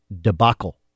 debacle